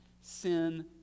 Sin